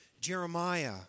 Jeremiah